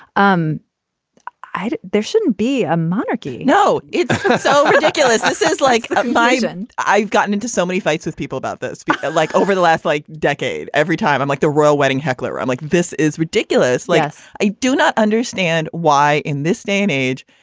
um there shouldn't be a monarchy no. it's so ridiculous. this is like biden. i've gotten into so many fights with people about this like over the last like decade. every time i'm like the royal wedding heckler, i'm like, this is ridiculous. laughs i do not understand why in this day and age,